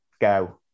go